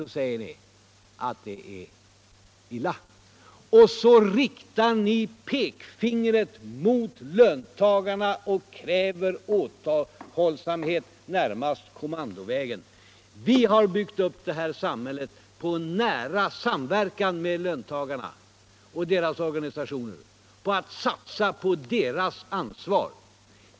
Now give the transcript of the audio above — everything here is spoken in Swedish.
Nu säger ni plötsligt att läget är svårt och riktar pekfingret mot löntagarna och kräver återhållsamhet närmast kommandovägen. Vi har byggt upp detta samhille på niära samverkan med löntagarna och deras organisattoner och genom att salsa på deras ansvar.